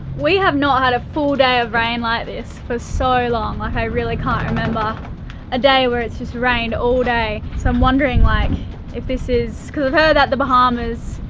we have not had a full day of rain like this for so long, like i really can't remember a day where it's just rained all day, so i'm wondering like if this is because i've heard at the bahamas,